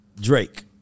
Drake